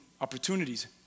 opportunities